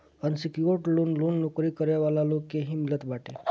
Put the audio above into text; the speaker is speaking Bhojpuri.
अनसिक्योर्ड लोन लोन नोकरी करे वाला लोग के ही मिलत बाटे